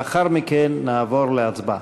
לאחר מכן נעבור להצבעה.